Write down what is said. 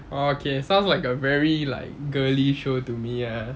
orh okay sounds like a very like girly show to me ah